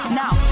now